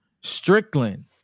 Strickland